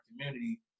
community